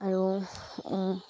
আৰু